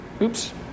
oops